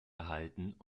erhalten